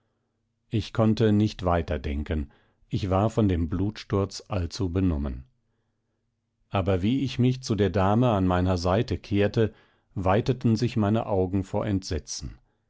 ich konnte nicht weiter denken ich war von dem blutsturz allzu benommen aber wie ich mich zu der dame an meiner seite kehrte weiteten sich meine augen vor entsetzen